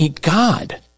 God